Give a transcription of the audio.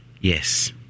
yes